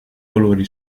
colori